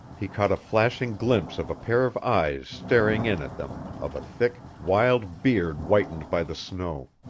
he caught a flashing glimpse of a pair of eyes staring in at them, of a thick, wild beard whitened by the snow.